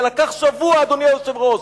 לקח שבוע, אדוני היושב-ראש,